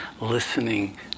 listening